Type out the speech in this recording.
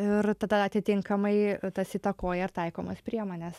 ir tada atitinkamai tas įtakoja ir taikomas priemones